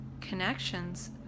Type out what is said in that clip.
connections